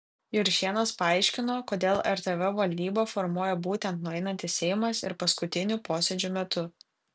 juršėnas paaiškino kodėl rtv valdybą formuoja būtent nueinantis seimas ir paskutinių posėdžių metu